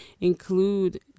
include